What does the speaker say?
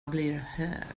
blir